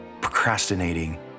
procrastinating